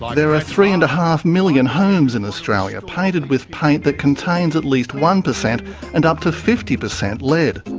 there are three and a half million homes in australia painted with paint that contains at least one per cent, and up to fifty per cent, lead.